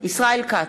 ישראל כץ,